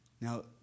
Now